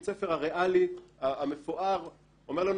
בית ספר הריאלי המפואר אומר לנו,